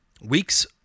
weeks